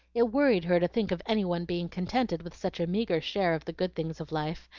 it worried her to think of any one being contented with such a meagre share of the good things of life,